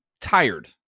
tired